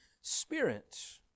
spirit